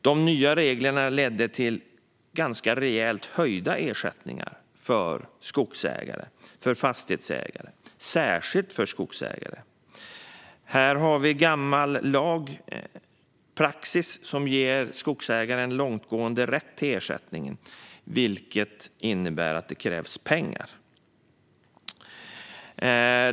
De nya reglerna ledde till ganska rejält höjda ersättningar för fastighetsägare, och särskilt för skogsägare. Här har vi gammal lag och praxis som ger skogsägare långtgående rätt till ersättning, vilket innebär att det krävs pengar.